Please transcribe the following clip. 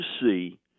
see